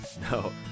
No